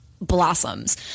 blossoms